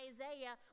Isaiah